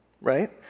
right